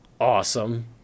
awesome